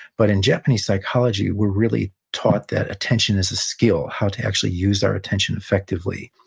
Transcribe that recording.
but in japanese psychology, we're really taught that attention is a skill, how to actually use our attention effectively.